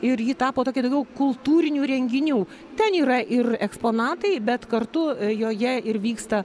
ir ji tapo tokia daugiau kultūrinių renginių ten yra ir eksponatai bet kartu joje ir vyksta